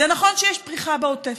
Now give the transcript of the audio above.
זה נכון שיש פריחה בעוטף.